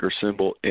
symbol